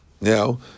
Now